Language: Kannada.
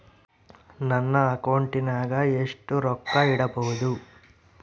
ನನ್ನ ಅಕೌಂಟಿನಾಗ ಎಷ್ಟು ರೊಕ್ಕ ಇಡಬಹುದು?